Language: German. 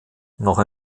noch